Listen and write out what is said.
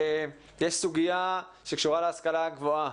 יש סוגיה שקשורה להשכלה הגבוהה